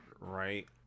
right